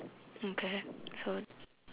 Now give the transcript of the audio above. okay so